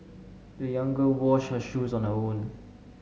the young girl washed her shoes on her own